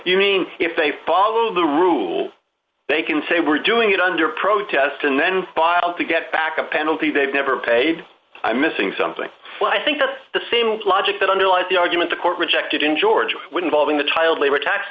you mean if they follow the rules they can say we're doing it under protest and then file to get back a penalty they've never paid i'm missing something but i think that's the same logic that underlies the argument the court rejected in georgia would involve in the child labor tax